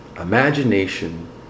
imagination